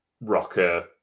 Rocker